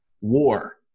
war